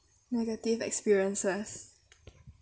negative experiences